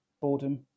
boredom